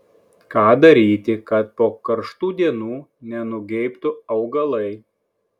ką daryti kad po karštų dienų nenugeibtų augalai